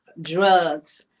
drugs